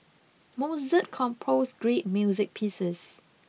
Mozart composed great music pieces